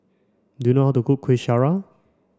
do you know how to cook Kuih Syara